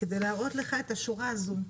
על מנת להראות לך את השורה הזו.